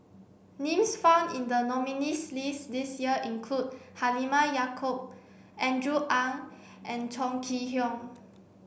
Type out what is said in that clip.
names found in the nominees' list this year include Halimah Yacob Andrew Ang and Chong Kee Hiong